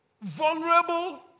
vulnerable